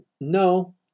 No